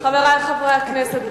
חברי חברי הכנסת,